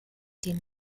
den